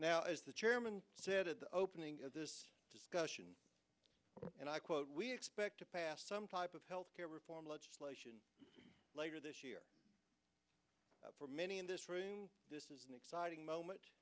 as the chairman said at the opening of this discussion and i quote we expect to pass some type of health care reform legislation later this year for many in this room this is an exciting moment